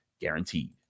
guaranteed